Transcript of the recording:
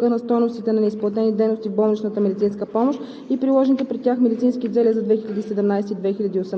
съдебните спорове между страните. (4) Установяването от НЗОК на стойностите на незаплатени дейности в болничната медицинска помощ и приложените при тях медицински изделия за 2017-а и за